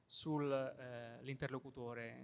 sull'interlocutore